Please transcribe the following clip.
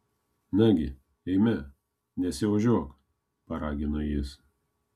nagi eime nesiožiuok paragino jis